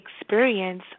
experience